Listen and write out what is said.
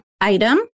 item